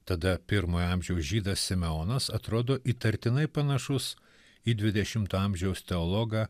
tada pirmojo amžiaus žydas simeonas atrodo įtartinai panašus į dvidešimto amžiaus teologą